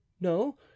No